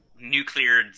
nuclear